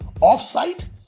off-site